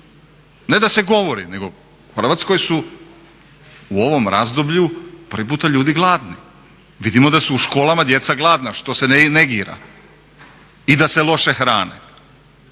Ne da se govori nego u Hrvatskoj su u ovom razdoblju prvi puta ljudi glavni. Vidimo da su u školama djeca gladna što se negira i da se loše hrane,